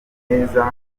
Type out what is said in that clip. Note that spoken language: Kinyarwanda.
neza